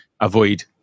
avoid